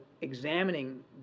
examining